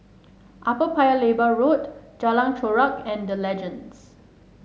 Upper Paya Lebar Road Jalan Chorak and The Legends